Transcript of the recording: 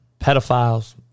pedophiles